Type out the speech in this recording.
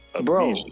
bro